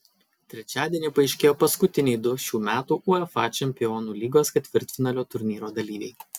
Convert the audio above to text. trečiadienį paaiškėjo paskutiniai du šių metų uefa čempionų lygos ketvirtfinalio turnyro dalyviai